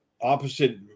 opposite